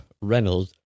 Reynolds